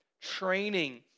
training